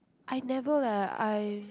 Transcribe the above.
I never leh I